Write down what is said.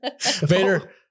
Vader